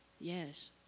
Yes